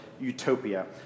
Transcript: utopia